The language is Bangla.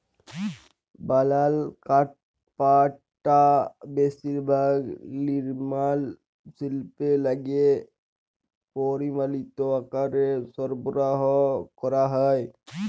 বলাল কাঠপাটা বেশিরভাগ লিরমাল শিল্পে লাইগে পরমালিত আকারে সরবরাহ ক্যরা হ্যয়